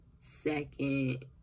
second